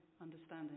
Understanding